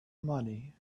money